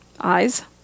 eyes